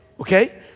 Okay